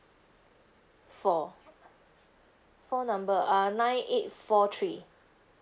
four four number uh nine eight four three